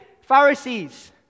Pharisees